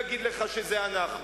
אני לא אגיד לך שזה אנחנו.